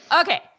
Okay